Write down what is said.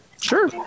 Sure